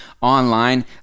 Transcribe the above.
online